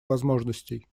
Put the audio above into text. возможностей